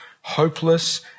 hopeless